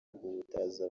guhutaza